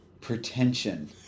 Pretension